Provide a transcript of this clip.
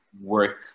work